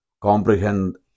comprehend